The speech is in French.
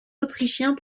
autrichiens